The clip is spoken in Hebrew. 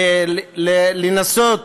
לנסות